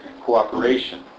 Cooperation